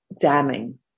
damning